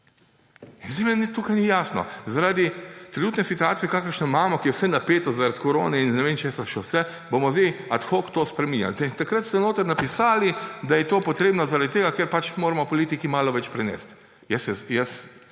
zdaj meni tukaj ni jasno. Zaradi trenutne situacije, kakršno imamo, ko je vse napeto zaradi korone in ne vem česa še vse, bomo zdaj ad hoc to spreminjali. Takrat ste noter napisali, da je to potrebno zaradi tega, ker pač moramo politiki malo več prenesti. Jaz se